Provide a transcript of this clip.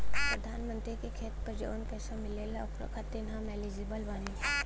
प्रधानमंत्री का खेत पर जवन पैसा मिलेगा ओकरा खातिन आम एलिजिबल बानी?